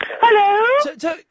Hello